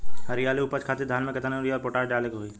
हरियाली और उपज खातिर धान में केतना यूरिया और पोटाश डाले के होई?